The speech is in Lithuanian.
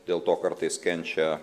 dėl to kartais kenčia